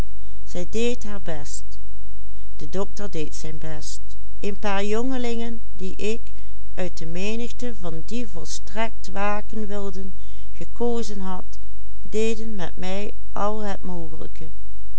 ik uit de menigte van die volstrekt waken wilden gekozen had deden met mij al het mogelijke